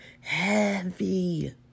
heavy